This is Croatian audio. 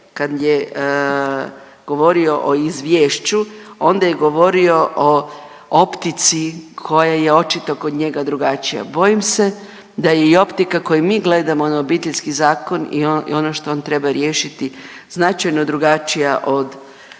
kad je govorio o izvješću, onda je govorio o optici koja je očito kod njega drugačija. Bojim se da je i optika kojom mi gledamo na Obiteljski zakon i ono što on treba riješiti značajno drugačija od